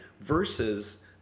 Versus